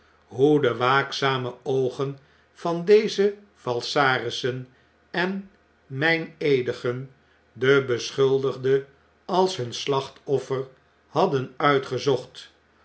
hoe de waakzame oogen van deze falsarissen en meineedigen den beschuldigde als hun slachtoffer hadden uitgezocht